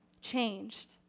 changed